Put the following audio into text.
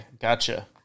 gotcha